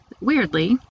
weirdly